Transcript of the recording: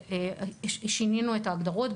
שינינו את ההגדרות,